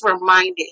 reminded